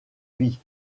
vie